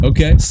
Okay